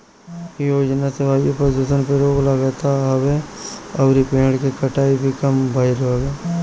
इ योजना से वायु प्रदुषण पे रोक लागत हवे अउरी पेड़ के कटाई भी कम भइल हवे